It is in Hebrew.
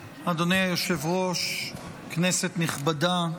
היושב-ראש, כנסת נכבדה,